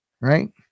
right